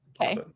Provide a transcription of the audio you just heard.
okay